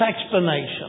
explanation